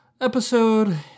episode